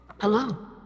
Hello